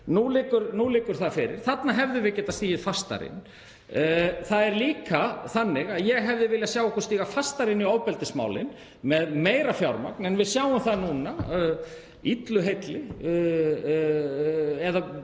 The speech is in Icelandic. Nú liggur það fyrir að þarna hefðum við getað stigið fastar inn. Það er líka þannig að ég hefði viljað sjá okkur stíga fastar inn í ofbeldismálin með meira fjármagn, en við sjáum það núna, illu heilli miðað við